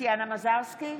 טטיאנה מזרסקי,